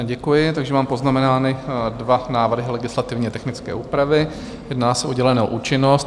Děkuji, takže mám poznamenány dva návrhy legislativně technické úpravy, jedná se o dělenou účinnost.